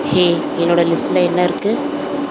ஹே என்னோடய லிஸ்ட்ஸில் என்ன இருக்குது